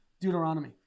Deuteronomy